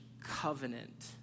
covenant